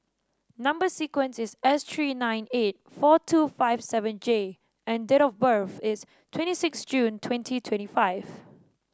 number sequence is S three nine eight four two five seven J and date of birth is twenty six June twenty twenty five